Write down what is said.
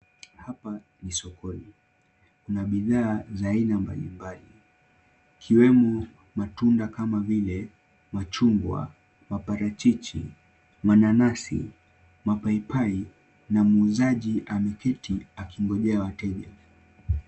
Hapa ni sokoni. Kuna bidhaa za aina mbalimbali. Ikiwemo matunda kama vile, machungwa, maparachichi, mananasi, mapaipai, na muuzaji ameketi akingojea wateja.